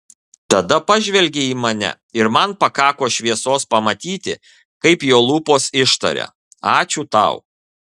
tada pažvelgė į mane ir man pakako šviesos pamatyti kaip jo lūpos ištaria ačiū tau